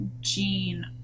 Gene